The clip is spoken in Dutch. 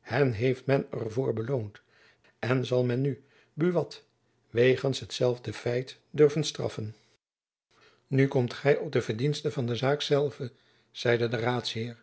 hen heeft men er voor beloond en zal men nu buat wegens hetzelfde feit durven straffen nu komt gy op de verdiensten van de zaak zelve zeide de raadsheer